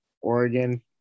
Oregon